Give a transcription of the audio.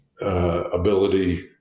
Ability